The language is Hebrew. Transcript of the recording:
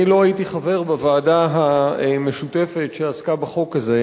אני לא הייתי חבר בוועדה המשותפת שעסקה בחוק הזה,